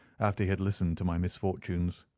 after he had listened to my misfortunes.